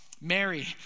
Mary